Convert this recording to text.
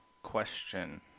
Question